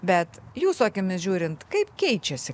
bet jūsų akimis žiūrint kaip keičiasi